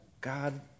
God